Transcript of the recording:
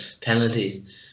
penalties